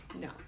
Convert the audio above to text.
no